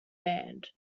band